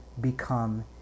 become